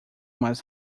mais